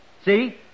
See